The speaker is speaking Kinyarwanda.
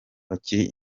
bakiri